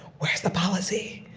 where's the policy?